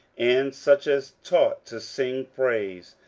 and such as taught to sing praise.